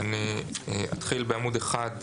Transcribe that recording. אני אתחיל בעמוד 1: